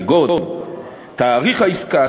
כגון תאריך העסקה,